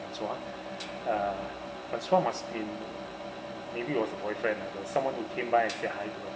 francua uh francua must been maybe it was her boyfriend uh that someone who came by and said hi to her